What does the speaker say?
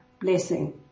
blessing